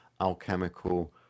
alchemical